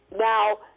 now